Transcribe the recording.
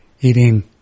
eating